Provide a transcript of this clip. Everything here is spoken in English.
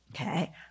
Okay